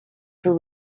for